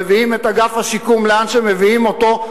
מביאים את אגף השיקום לאן שמביאים אותו,